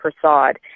Prasad